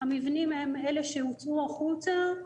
המבנים הם אלה שהוצאו החוצה,